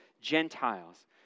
Gentiles